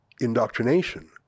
indoctrination